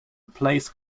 place